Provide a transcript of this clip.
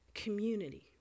Community